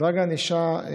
מדרג הענישה: